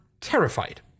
terrified